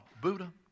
Buddha